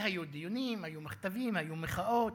היו דיונים, היו מכתבים, היו מחאות,